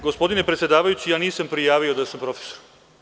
Gospodine predsedavajući, ja nisam prijavio da sam profesor.